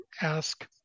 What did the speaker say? ask